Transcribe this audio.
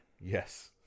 yes